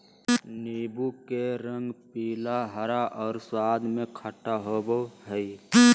नीबू के रंग पीला, हरा और स्वाद में खट्टा होबो हइ